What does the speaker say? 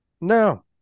no